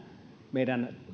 meidän